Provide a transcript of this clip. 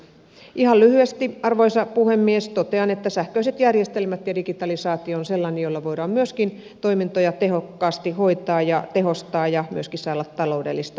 ihan lyhyesti arvoisa puhemies totean että sähköiset järjestelmät ja digitalisaatio ovat asioita joilla voidaan myöskin toimintoja tehokkaasti hoitaa ja tehostaa ja myöskin saada taloudellista hyötyä